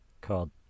called